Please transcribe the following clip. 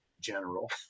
general